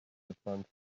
gespannt